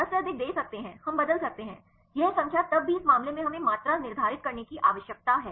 10 से अधिक दे सकते हैं हम बदल सकते हैं यह संख्या तब भी इस मामले में हमें मात्रा निर्धारित करने की आवश्यकता है